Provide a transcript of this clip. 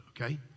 okay